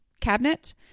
cabinet